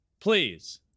Please